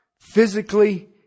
physically